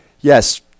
yes